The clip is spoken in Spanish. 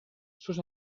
sus